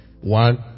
one